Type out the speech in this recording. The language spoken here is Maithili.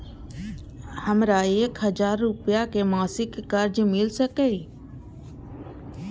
हमरा एक हजार रुपया के मासिक कर्ज मिल सकिय?